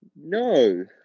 no